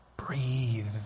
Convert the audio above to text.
breathe